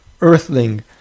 earthling